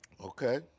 Okay